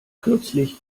kürzlich